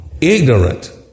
ignorant